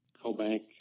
co-bank